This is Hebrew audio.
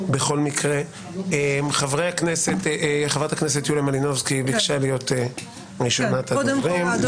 חברת הכנסת מילנובסקי ביקשה להיות ראשונת הדוברים.